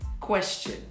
Question